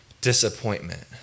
disappointment